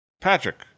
Patrick